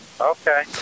Okay